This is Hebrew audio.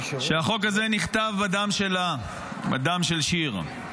שהחוק הזה נכתב בדם שלה, בדם של שיר.